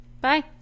Bye